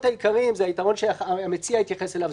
העיקריים זה היתרון שהמציע התייחס אליו,